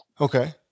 Okay